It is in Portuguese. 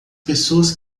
pessoas